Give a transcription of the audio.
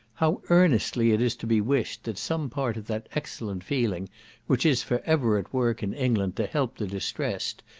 how earnestly it is to be wished that some part of that excellent feeling which is for ever at work in england to help the distressed,